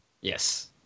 Yes